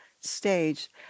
stage